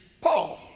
paul